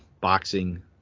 boxing